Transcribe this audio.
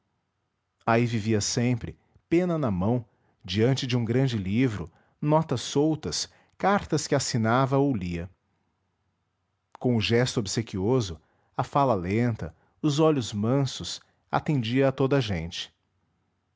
aí vivia sempre pena na mão diante de um grande livro notas soltas cartas que assinava ou lia com o gesto obsequioso a fala lenta os olhos mansos atendia a toda gente